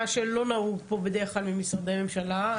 מה שלא נהוג פה בדרך כלל ממשרדי ממשלה.